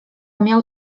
miał